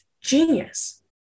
genius